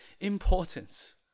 importance